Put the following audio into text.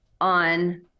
on